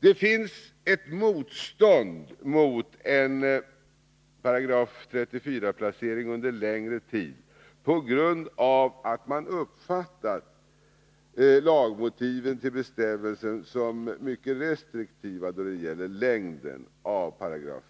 Det finns ett motstånd mot en 34 §-placering under längre tid på grund av att man uppfattat lagmotiven till bestämmelsen som mycket restriktiva då det gäller längden av 34